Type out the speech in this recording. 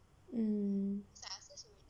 mm